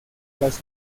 las